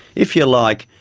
if you like,